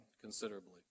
considerably